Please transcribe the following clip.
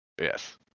Yes